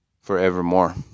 forevermore